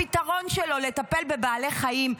הפתרון שלו לטפל בבעלי חיים,